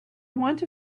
want